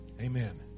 Amen